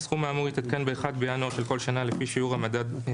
""הסכום האמור יתעדכן ב-1 בינואר של כל שנה לפי שיעור השינוי